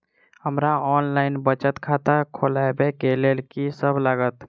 हमरा ऑनलाइन बचत खाता खोलाबै केँ लेल की सब लागत?